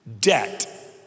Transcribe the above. Debt